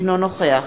אינו נוכח